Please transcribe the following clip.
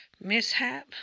mishap